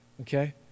okay